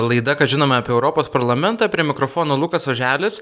laida ką žinome apie europos parlamentą prie mikrofono lukas oželis